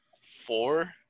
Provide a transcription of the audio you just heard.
four